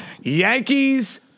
Yankees